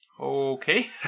Okay